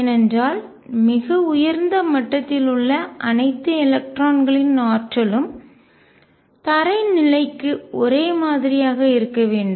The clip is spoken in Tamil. ஏனென்றால் மிக உயர்ந்த மட்டத்தில் உள்ள அனைத்து எலக்ட்ரான்களின் ஆற்றலும் தரை நிலைக்கு ஒரே மாதிரியாக இருக்க வேண்டும்